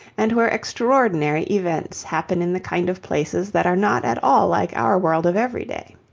and where extraordinary events happen in the kind of places that are not at all like our world of every day.